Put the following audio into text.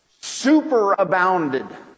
superabounded